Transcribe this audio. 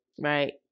Right